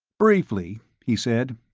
briefly, he said,